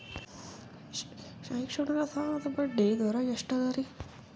ಶೈಕ್ಷಣಿಕ ಸಾಲದ ಬಡ್ಡಿ ದರ ಎಷ್ಟು ಅದರಿ?